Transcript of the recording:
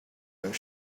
your